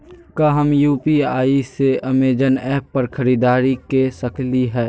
का हम यू.पी.आई से अमेजन ऐप पर खरीदारी के सकली हई?